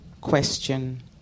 question